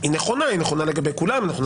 היא נכונה, היא נכונה לגבי כולנו.